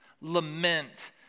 lament